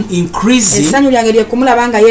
increasing